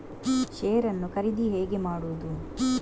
Share ನ್ನು ಖರೀದಿ ಹೇಗೆ ಮಾಡುವುದು?